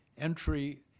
entry